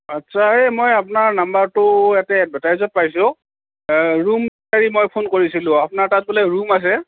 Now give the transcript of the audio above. আচ্ছা এই মই আপোনাৰ নাম্বাৰটো ইয়াতে এডভাৰটাইজত পাইছোঁ ৰূম বিছাৰি ফোন কৰিছিলোঁ আপোনাৰ তাত বোলে ৰূম আছে